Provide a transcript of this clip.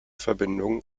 verbindungen